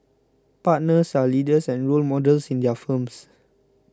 partners are leaders and role models in their firms